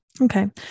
Okay